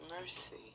mercy